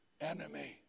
Enemy